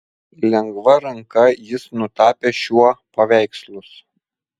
lengva ranka jis nutapė šiuo paveikslus